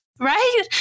Right